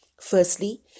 Firstly